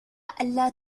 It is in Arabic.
ألّا